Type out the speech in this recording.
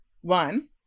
one